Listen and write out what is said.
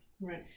Right